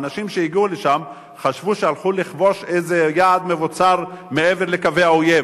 האנשים שהגיעו לשם חשבו שהלכו לכבוש איזה יעד מבוצר מעבר לקווי האויב.